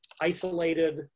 isolated